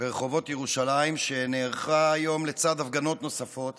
ברחובות ירושלים, שנערכה היום לצד הפגנות נוספות